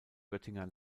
göttinger